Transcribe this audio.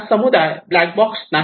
हा समुदाय black box नाही